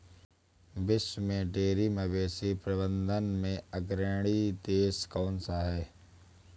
विश्व में डेयरी मवेशी प्रबंधन में अग्रणी देश कौन सा है?